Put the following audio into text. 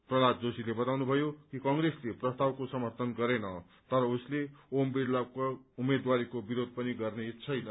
प्रहलाद जोशीले वताउनुभयो कि कंग्रेसले प्रस्तावको समर्थन गरेन तर उसले ओम विड़लाको उम्मेद्वारीको विरोध पनि गर्नेछैन